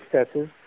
successes